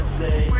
say